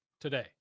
today